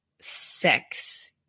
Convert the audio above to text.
sex